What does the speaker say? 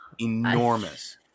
enormous